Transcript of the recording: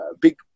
big